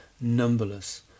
numberless